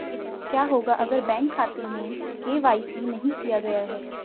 क्या होगा अगर बैंक खाते में के.वाई.सी नहीं किया गया है?